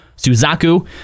Suzaku